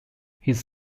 his